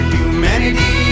humanity